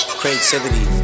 creativity